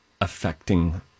affecting